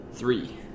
Three